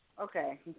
Okay